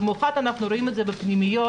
במיוחד אנחנו רואים את זה בפנימיות,